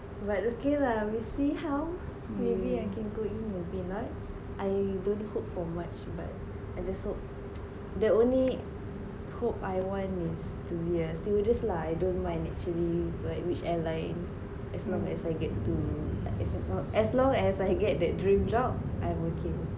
but okay lah we see how maybe I can go in maybe not I don't hope so much but I just hope the only hope I want is to be a stewardess lah I don't mind actually which airline as long as I get to as long as I get the dream job I'm working